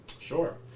Sure